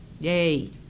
yay